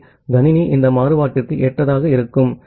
ஆகவே கணினி இந்த மாறுபாட்டிற்கு ஏற்றதாக இருக்கும்